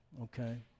okay